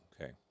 Okay